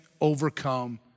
overcome